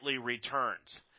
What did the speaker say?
returns